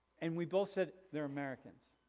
and we both said they're americans.